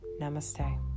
Namaste